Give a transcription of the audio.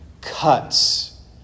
cuts